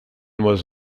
was